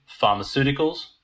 pharmaceuticals